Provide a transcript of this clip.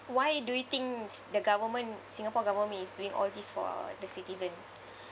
why do you think s~ the government singapore government is doing all these for the citizen